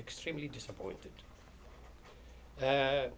extremely disappointed